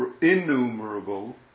innumerable